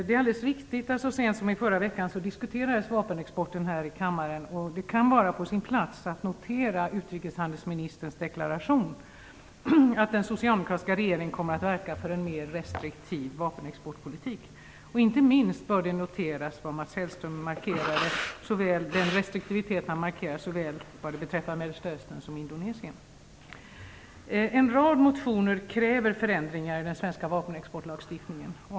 Det är alldeles riktigt att vapenexporten så sent som i förra veckan diskuterades här i kammaren, och det kan vara på sin plats att notera utrikeshandelsministerns deklaration att den socialdemokratiska regeringen kommer att verka för en mer restriktiv vapenexportpolitik. Inte minst bör noteras den restriktivitet som Mats Hellström markerade såväl vad beträffar Mellersta Östern som En rad motioner kräver förändringar i den svenska vapenexportlagstiftningen.